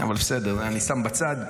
אבל בסדר, אני שם בצד.